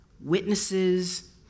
witnesses